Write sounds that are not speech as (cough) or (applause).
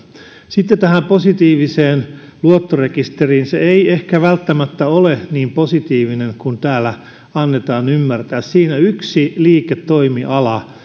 sitten tähän positiiviseen luottorekisteriin se ei ehkä välttämättä ole niin positiivinen kuin täällä annetaan ymmärtää siinä yksi liiketoimiala (unintelligible)